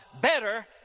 better